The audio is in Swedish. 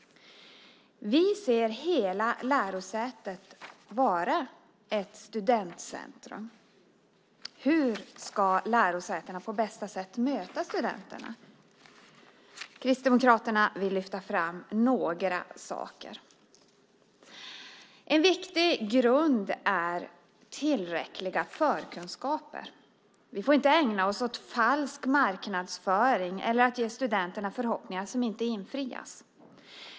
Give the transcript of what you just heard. Vi ser hela lärosätet som ett studentcentrum. Hur ska lärosätena på bästa sätt möta studenterna? Kristdemokraterna vill lyfta fram några saker. En viktig grund är tillräckliga förkunskaper. Vi får inte ägna oss åt falsk marknadsföring eller åt att ge studenterna förhoppningar som inte infrias.